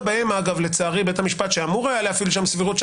בהן לצערי בית המשפט שאמור היה להפעיל שם סבירות,